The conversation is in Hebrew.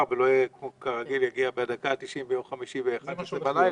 ולא כרגיל בדקה התשעים ביום חמישי ב-11 בלילה.